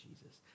Jesus